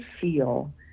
feel